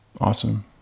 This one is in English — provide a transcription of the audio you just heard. Awesome